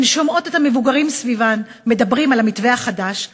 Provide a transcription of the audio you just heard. הן שומעות את המבוגרים סביבן מדברים על המתווה החדש,